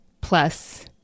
plus